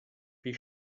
wie